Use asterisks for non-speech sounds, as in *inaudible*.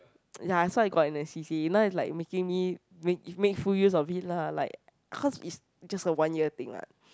*noise* ya so I got in a C_C_A you know it's like making me make make full use of it lah like cause it's just a one year thing what